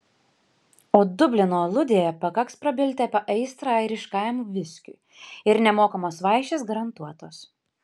o dublino aludėje pakaks prabilti apie aistrą airiškajam viskiui ir nemokamos vaišės garantuotos